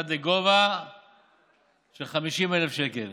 עד לגובה של 50,000 שקל.